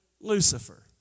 Lucifer